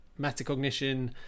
metacognition